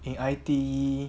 in I_T_E